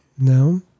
No